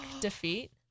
defeat